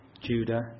Judah